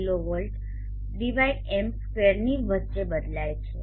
41 kWm2 ની વચ્ચે બદલાય છે